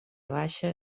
baixa